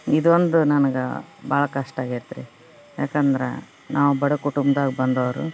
ಇದೊಂದು ನನ್ಗ ಭಾಳ ಕಷ್ಟ ಆಗೈತ್ರಿ ಏಕಂದ್ರ ನಾವು ಬಡ ಕುಟುಂಬ್ದಾಗ ಬಂದವ್ರು